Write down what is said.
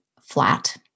flat